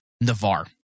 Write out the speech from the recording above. Navarre